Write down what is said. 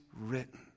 written